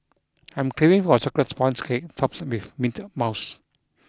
I'm craving for a chocolate sponge cake topped with mint mouse